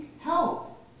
help